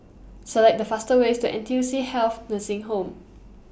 Select The fastest Way to N T U C Health Nursing Home